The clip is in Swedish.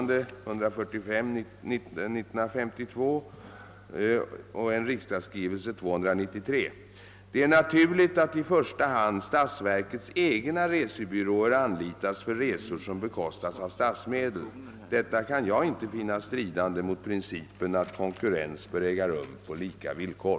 Det är naturligt att i första hand statsverkets egna resebyråer anlitas för resor som bekostas av statsmedel. Detta kan jag inte finna stridande mot principen att konkurrens bör äga rum på lika villkor.